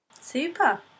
Super